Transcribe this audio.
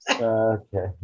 Okay